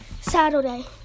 Saturday